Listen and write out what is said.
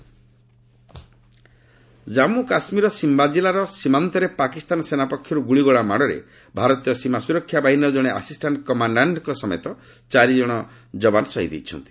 JK ceasefire violation Jammu Kashmir Samba ଜିଲ୍ଲାର ସୀମାନ୍ତରେ ପାକିସ୍ତାନ ସେନା ପକ୍ଷର ଗୁଳିଗୋଳା ମାଡ଼ରେ ଭାରତୀୟ ସୀମା ସୁରକ୍ଷା ବାହିନୀର ଜଣେ ଆସିଷ୍ଟାଣ୍ଟ୍ କମାଶ୍ଡାଣ୍ଟ୍କ ସମେତ ଚାରିଜଣ ଯବାନ ଶହୀଦ ହୋଇଛନ୍ତି